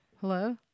Hello